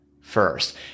first